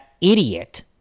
idiot